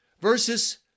versus